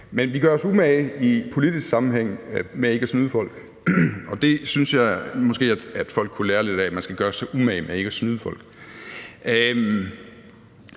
Men vi gør os umage i politisk sammenhæng med ikke at snyde folk, og det synes jeg måske at folk kunne lære lidt af, altså at man skal gøre sig umage med ikke at snyde folk.